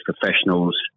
professionals